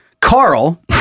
Carl